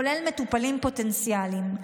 כולל מטופלים פוטנציאליים.